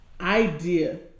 idea